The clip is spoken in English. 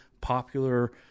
popular